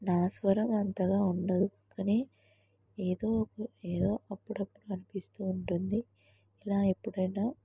నా స్వరం అంతగా ఉండదు కానీ ఏదో ఒక ఏదో అప్పుడప్పుడు అనిపిస్తు ఉంటుంది ఇలా ఎప్పుడైనా